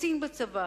קצין בצבא,